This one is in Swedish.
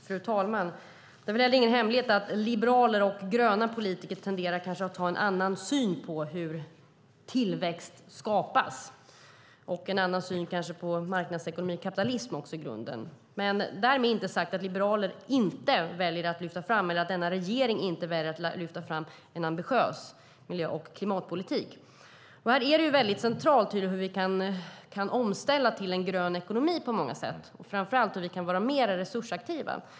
Fru talman! Det är ingen hemlighet att liberala politiker och gröna politiker har olika syn på hur tillväxt skapas och kanske också på marknadsekonomi och kapitalism. Därmed inte sagt att denna regering inte väljer att lyfta fram en ambitiös miljö och klimatpolitik. Det centrala är hur vi kan ställa om till en grön ekonomi, framför allt hur vi kan vara mer resursaktiva.